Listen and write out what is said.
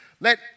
Let